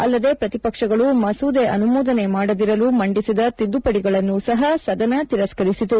ಅಲ್ಲದೆ ಪ್ರತಿಪಕ್ಷಗಳು ಮಸೂದೆ ಅನುಮೋದನೆ ಮಾಡದಿರಲು ಮಂಡಿಸಿದ ತಿದ್ದುಪಡಿಗಳನ್ನೂ ಸಹ ಸದನ ತಿರಸ್ಕರಿಸಿತು